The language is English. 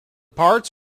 parts